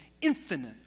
infinite